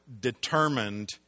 determined